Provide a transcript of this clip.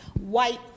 white